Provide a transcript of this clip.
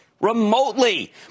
remotely